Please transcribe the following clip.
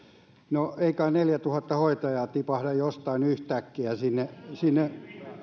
no ei kai neljätuhatta hoitajaa tipahda jostain yhtäkkiä sinne sinne